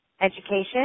education